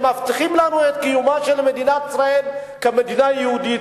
שמבטיחים לנו את קיומה של מדינת ישראל כמדינה יהודית,